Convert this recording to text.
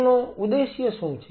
તેનો ઉદ્દેશ્ય શું છે